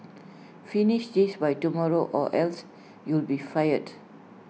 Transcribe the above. finish this by tomorrow or else you'll be fired